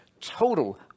total